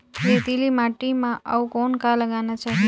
रेतीली माटी म अउ कौन का लगाना चाही?